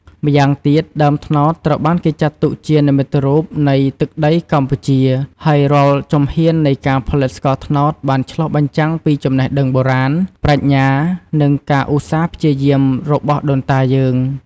ម្យ៉ាងទៀត ដើមត្នោតត្រូវបានគេចាត់ទុកជានិមិត្តរូបនៃទឹកដីកម្ពុជា ហើយរាល់ជំហាននៃការផលិតស្ករត្នោតបានឆ្លុះបញ្ចាំងពីចំណេះដឹងបុរាណ ប្រាជ្ញា និងការឧស្សាហ៍ព្យាយាមរបស់ដូនតាយើង។